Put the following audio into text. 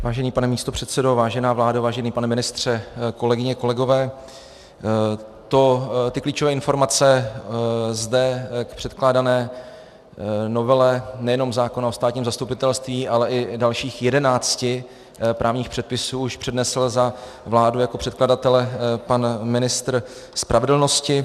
Vážený pane místopředsedo, vážená vládo, vážený pane ministře, kolegyně, kolegové, klíčové informace k zde předkládané novele nejenom zákona o státním zastupitelství, ale i dalších 11 právních předpisů už přednesl za vládu jako předkladatele pan ministr spravedlnosti.